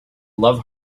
love